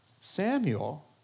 Samuel